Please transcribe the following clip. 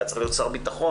היה צריך להיות שר הביטחון.